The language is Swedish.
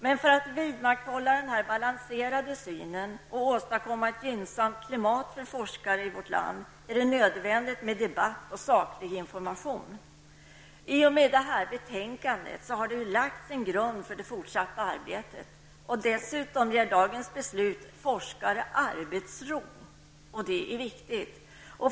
Men för att vi skall kunna vidmakthålla denna balanserade syn och åstadkomma ett gynnsamt klimat för forskare i vårt land är det nödvändigt med debatt och saklig information. I och med detta betänkande har det lagts en grund för det fortsatta arbetet. Dessutom ger dagens beslut forskare arbetsro, och detta är viktigt.